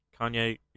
Kanye